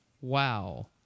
Wow